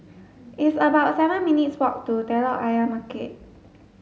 it's about seven minutes' walk to Telok Ayer Market